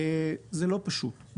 זה לא פשוט.